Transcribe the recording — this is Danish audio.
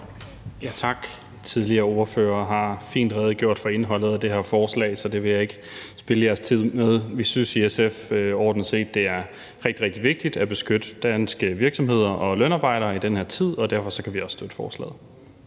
Tak. Tidligere ordførere har fint redegjort for indholdet af det her forslag, så det vil jeg ikke spilde jeres tid med. Vi synes i SF overordnet set, det er rigtig, rigtig vigtigt at beskytte danske virksomheder og lønarbejdere i den her tid, og derfor kan vi også støtte forslaget.